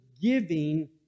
giving